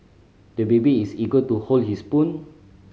the baby is eager to hold his spoon